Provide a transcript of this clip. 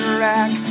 rack